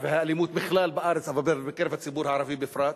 והאלימות בארץ בכלל ובקרב הציבור הערבי בפרט.